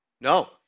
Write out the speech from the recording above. No